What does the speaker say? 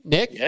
Nick